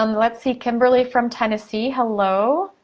um let's see, kimberly from tennessee, hello.